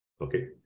okay